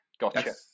Gotcha